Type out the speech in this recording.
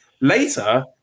later